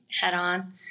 head-on